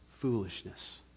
foolishness